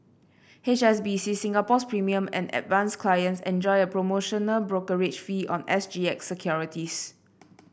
H S B C Singapore's Premier and Advance clients enjoy a promotional brokerage fee on S G X securities